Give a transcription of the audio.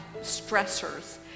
stressors